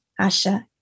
Asha